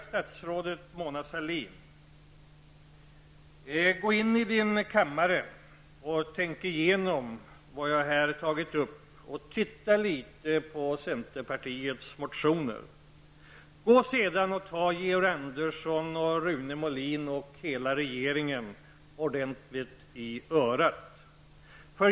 Statsrådet Mona Sahlin bör därför gå in på sin kammare och tänka på vad jag här har tagit upp och studera centerpartiets motioner. Sedan bör hon ta Georg Andersson, Rune Molin och hela regeringen ordentligt i örat.